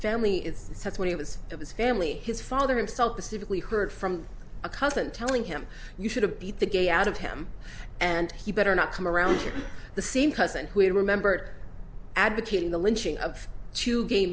family is said when he was with his family his father himself pacifically heard from a cousin telling him you should have beat the gay out of him and he better not come around the scene cousin who had remembered advocating the lynching of two gay